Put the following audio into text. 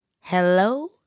hello